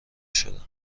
شدم